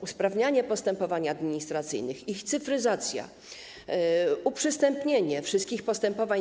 Usprawnianie postępowań administracyjnych, ich cyfryzacja, uprzystępnianie wszystkich postępowań z